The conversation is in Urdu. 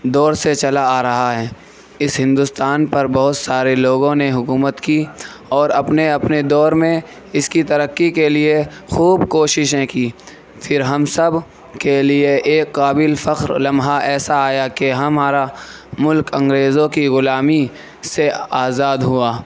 دور سے چلا آ رہا ہے اس ہندوستان پر بہت سارے لوگوں نے حکومت کی اور اپنے اپنے دور میں اس کی ترقی کے لیے خوب کوششیں کیں پھر ہم سب کے لیے ایک قابل فخر لمحہ ایسا آیا کہ ہمارا ملک انگریزوں کی غلامی سے آزاد ہوا